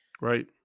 right